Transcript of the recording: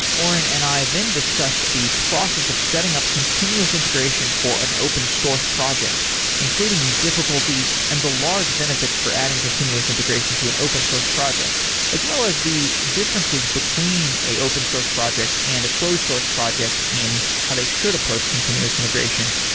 oren and i then discussed the process of setting up continuous integration for an open source project, including the difficulties and the large benefits for adding continuous integration to an open source project as well as the differences between an open source project and a closed source project in how they should approach continuous integration.